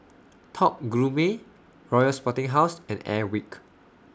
Top Gourmet Royal Sporting House and Airwick